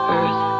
Earth